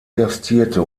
gastierte